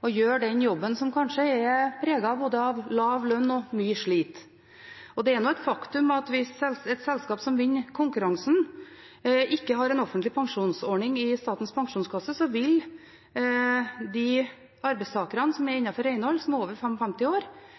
og gjør den jobben, som kanskje er preget av både lav lønn og mye slit. Det er et faktum at hvis et selskap som vinner konkurransen, ikke har en offentlig pensjonsordning i Statens pensjonskasse, vil arbeidstakerne innenfor renhold som er